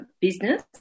business